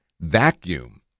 vacuum